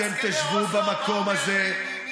אתם תשבו במקום הזה.